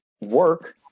work